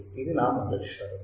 ఇది నా మొదటి షరతు